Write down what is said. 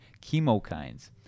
chemokines